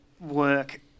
work